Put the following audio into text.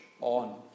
on